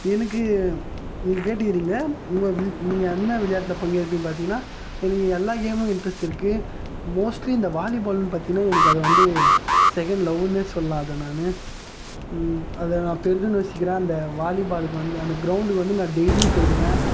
எனக்கு நீங்கள் கேட்டுக்குறிங்க நீங்கள் நீங்கள் என்ன விளையாட்டுல பங்கேற்ப்பிங்க பார்த்தீங்கனா எனக்கு எல்லாம் கேமும் இன்ட்ரெஸ்ட் இருக்கு மோஸ்ட்லி இந்த வாலிபால்னு பார்த்தீங்கனா எனக்கு அதை வந்து செகண்ட் லவ்வுன்னே சொல்லாம் அதை நான் அதை நான் பெரிதும் நேசிக்கிறேன் அந்த வாலிபாலுக்கு வந்து அந்த க்ரௌண்டுக்கு வந்து நான் டெய்லியும் போயிடுவேன்